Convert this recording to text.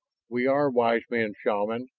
we are wise men, shaman,